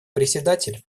председатель